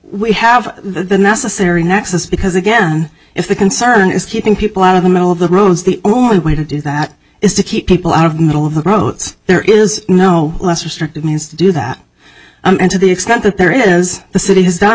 we have the necessary nexus because again if the concern is keeping people out of the middle of the roads the only way to do that is to keep people out of middle of the roads there is no less restrictive means to do that and to the extent that there is the city has done